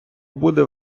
буде